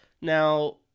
Now